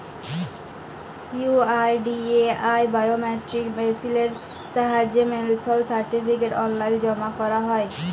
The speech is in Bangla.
ইউ.এই.ডি.এ.আই বায়োমেট্রিক মেসিলের সাহায্যে পেলশল সার্টিফিকেট অললাইল জমা ক্যরা যায়